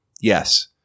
Yes